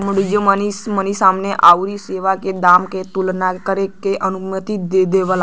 commodity money समान आउर सेवा के दाम क तुलना करे क अनुमति देवला